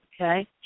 Okay